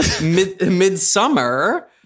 *Midsummer*